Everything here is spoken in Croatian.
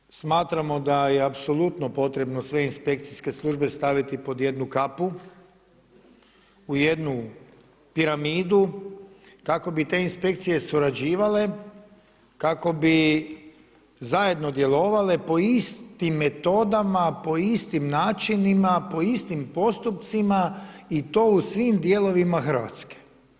Prvo i osnovno, smatramo da je apsolutno potrebno sve inspekcijske službe staviti pod jednu kapu, u jednu piramidu, tako bi te inspekcije surađivale kako bi zajedno djelovale po istim metodama, po istim načinima, po istim postupcima i to u svim dijelovima Hrvatske.